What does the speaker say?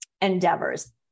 endeavors